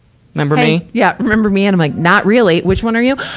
remember me? yeah. remember me? and i'm like, not really. which one are you?